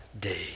day